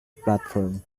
platform